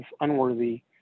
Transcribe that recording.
unworthy